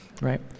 right